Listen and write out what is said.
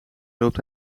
loopt